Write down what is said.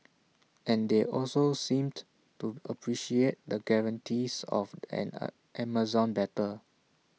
and they also seemed to appreciate the guarantees of an A Amazon better